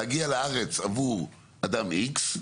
להגיע לארץ עבור אדם איקס,